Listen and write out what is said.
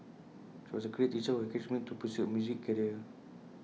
she was A great teacher who encouraged me to pursue A music career